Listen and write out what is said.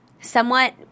somewhat